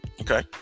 Okay